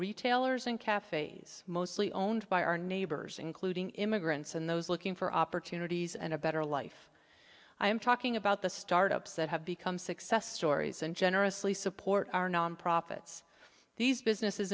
retailers and cafes mostly owned by our neighbors including immigrants and those looking for opportunities and a better life i am talking about the startups that have become success stories and generously support our non profits these businesses